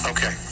Okay